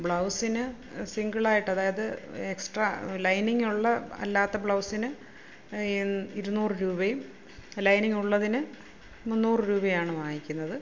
ബ്ലൗസിന് single ആയിട്ട് അതായത് extra lining ഉള്ള അല്ലാത്ത ബ്ലൗസിന് ഇരുന്നൂറ് രൂപയും ലൈനിംഗ് ഉള്ളതിന് മുന്നൂറ് രൂപയും ആണ് വാങ്ങിക്കുന്നത്